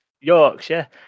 Yorkshire